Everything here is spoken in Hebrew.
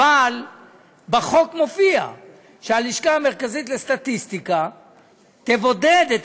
אבל בחוק נקבע שהלשכה המרכזית לסטטיסטיקה תבודד את